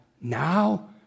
now